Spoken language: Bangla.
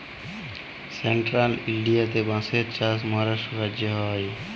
সেলট্রাল ইলডিয়াতে বাঁশের চাষ মহারাষ্ট্র রাজ্যে হ্যয়